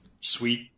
sweet